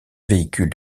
véhicule